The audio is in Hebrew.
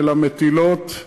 של המטילות,